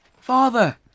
Father